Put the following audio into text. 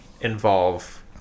involve